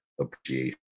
appreciation